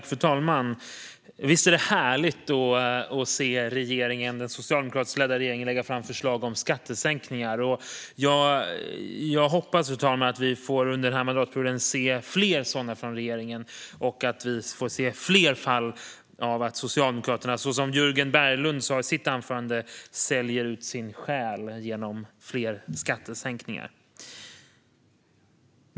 Fru talman! Visst är det härligt att se den socialdemokratiskt ledda regeringen lägga fram förslag om skattesänkningar! Jag hoppas, fru talman, att vi under denna mandatperiod får se fler sådana från regeringen, fler fall av att Socialdemokraterna, som Jörgen Berglund sa i sitt anförande, säljer ut sin själ genom fler skattesänkningar.